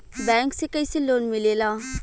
Bank से कइसे loan मिलेला?